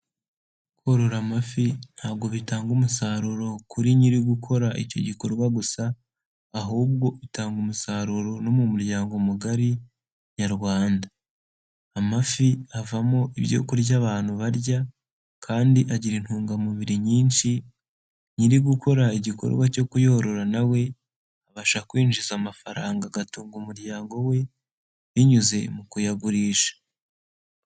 Korora amafi ntago bitanga umusaruro kuri nyiri gukora icyo gikorwa gusa ahubwo bitanga umusaruro no mu muryango mugari nyarwanda, amafi avamo ibyo kurya abantu barya kandi agira intungamubiri nyinshi, nyiri gukora igikorwa cyo kuyorora na we abasha kwinjiza amafaranga agatunga umuryango we binyuze mu kuyagurisha.